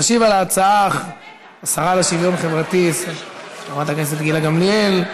תשיב על ההצעה השרה לשוויון חברתי חברת הכנסת גילה גמליאל.